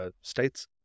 states